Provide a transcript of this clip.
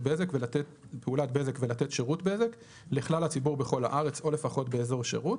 בזק ולתת שירות בזק לכלל הציבור בכל הארץ או לפחות באזור שירות,